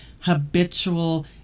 habitual